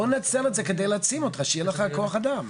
בואו ננצל את זה כדי להציל אותך כדי שיהיה לך כוח אדם.